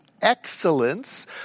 excellence